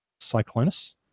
Cyclonus